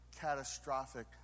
catastrophic